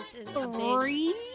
Three